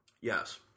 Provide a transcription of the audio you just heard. Yes